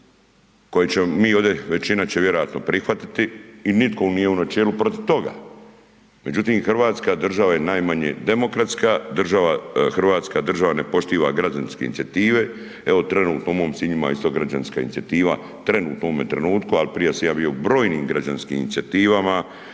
će vjerojatno prihvatiti i nitko nije u načelu protiv toga, međutim Hrvatska država je najmanje demokratska, Hrvatska država ne poštuje građanske inicijative. Evo trenutno u mom Sinju ima isto građanska inicijativa, trenutno u ovome trenutku ali prije sam ja bio u brojnim građanskim inicijativama